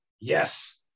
Yes